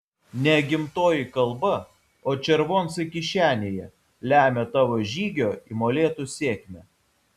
ne gimtoji kalba o červoncai kišenėje lemia tavo žygio į molėtus sėkmę